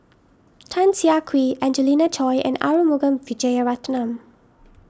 Tan Siah Kwee Angelina Choy and Arumugam Vijiaratnam